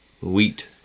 wheat